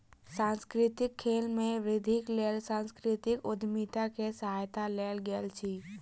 सांस्कृतिक खेल में वृद्धिक लेल सांस्कृतिक उद्यमिता के सहायता लेल गेल अछि